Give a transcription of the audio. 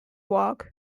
walk